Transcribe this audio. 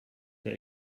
der